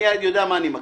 אני יודע מה אני מקריא.